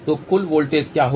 तो कुल वोल्टेज क्या होगा